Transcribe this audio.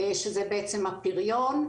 שזה הפריון.